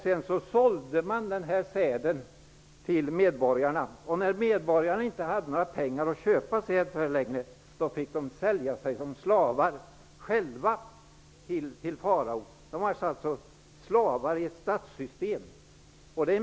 Sedan såldes den till medborgarna. När medborgarna inte längre hade pengar att köpa säd för, fick de sälja sig som slavar till Farao. De blev alltså slavar i ett statssystem.